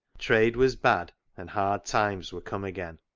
trade was bad, and hard times were come again.